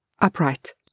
Upright